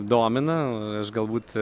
domina aš galbūt